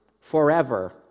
forever